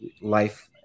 life